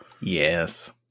Yes